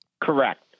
Correct